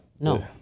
no